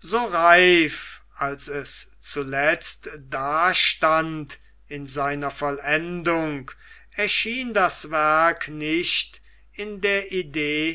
so reif so kühn und so herrlich als es zuletzt da stand in seiner vollendung erschien das werk nicht in der idee